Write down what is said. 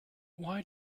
why